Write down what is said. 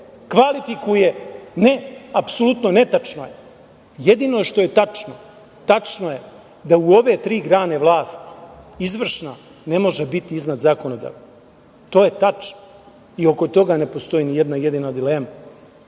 kvalifikuje – ne, apsolutno netačno je? Jedino što je tačno, tačno je da u ove tri grane vlasti izvršna ne može biti iznad zakonodavne. To je tačno i oko toga ne postoji ni jedna jedina dilema,